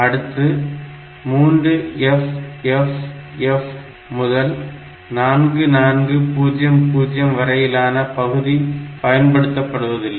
அடுத்து 3FFF முதல் 4400 வரையிலான பகுதி பயன்படுத்தப்படுவதில்லை